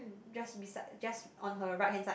just beside just on her right hand side